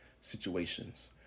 situations